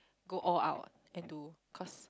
go all out and do cause